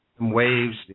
waves